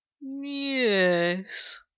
yes